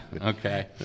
Okay